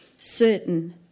certain